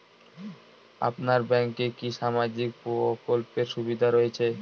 আপনার ব্যাংকে কি সামাজিক প্রকল্পের সুবিধা রয়েছে?